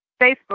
Facebook